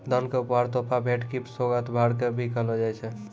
दान क उपहार, तोहफा, भेंट, गिफ्ट, सोगात, भार, भी कहलो जाय छै